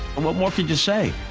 and what more could you say?